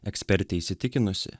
ekspertė įsitikinusi